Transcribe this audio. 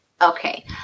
Okay